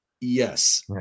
Yes